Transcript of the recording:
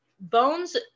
Bones